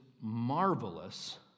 marvelous